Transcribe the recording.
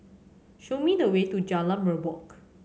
show me the way to Jalan Merbok